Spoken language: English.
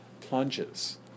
plunges